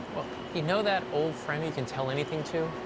well, you know that old friend you can tell anything to?